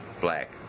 Black